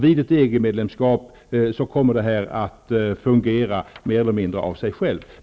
Vid ett EG-medlemskap kommer det här att fungera mer eller mindre av sig självt.